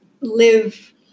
live